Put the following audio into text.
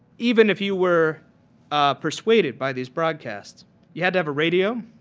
even if you were persuaded by these broadcasts he had to have a radio,